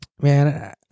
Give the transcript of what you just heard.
Man